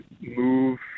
move